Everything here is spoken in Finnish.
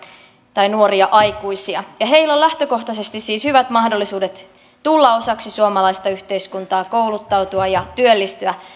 tai nuoria aikuisia heillä on lähtökohtaisesti siis hyvät mahdollisuudet tulla osaksi suomalaista yhteiskuntaa kouluttautua ja työllistyä